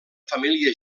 família